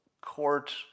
court